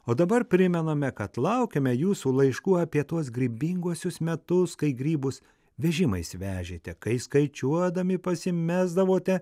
o dabar primename kad laukiame jūsų laiškų apie tuos grybinguosius metus kai grybus vežimais vežėte kai skaičiuodami pasimesdavote